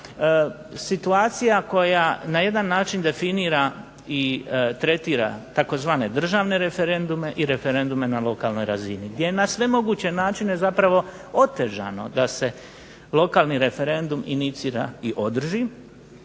situacija koja ne jedan način definira i tretira tzv. državne referendume i referendume na lokalnoj razini, gdje na sve moguće načine zapravo otežano da se lokalni referendum inicira i održi,